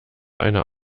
einer